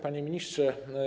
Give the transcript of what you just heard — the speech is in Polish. Panie Ministrze!